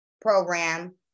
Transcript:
program